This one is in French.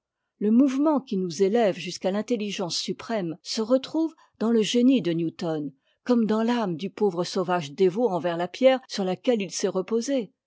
pas lé mouvement'qui nous élève jusqu'à l'intelligence suprême se retrouve dans le génie de newton comme dans l'âme du pauvre sauvage dévot envers la pierre sur laquelle il s'est reposé